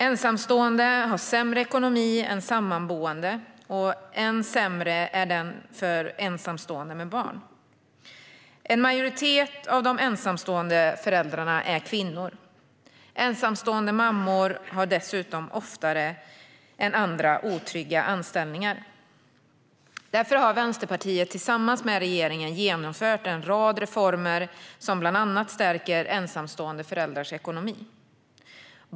Ensamstående har sämre ekonomi än sammanboende, och än sämre är ekonomin för ensamstående med barn. En majoritet av de ensamstående föräldrarna är kvinnor. Ensamstående mammor har dessutom oftare än andra otrygga anställningar. Därför har Vänsterpartiet tillsammans med regeringen genomfört en rad reformer som bland annat stärker ensamstående föräldrars ekonomi.